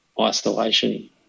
isolation